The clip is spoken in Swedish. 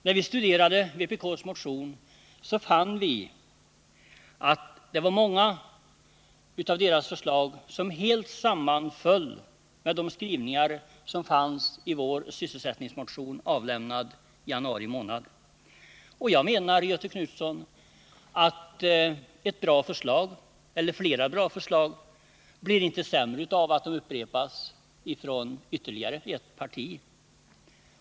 När vi studerade den motionen fann vi att många av förslagen i den helt sammanföll med de skrivningar som fanns i vår sysselsättningsmotion, avlämnad i januari månad. Jag menar att ett bra förslag, eller flera, inte blir sämre av att upprepas av ytterligare ett parti.